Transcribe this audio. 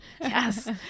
Yes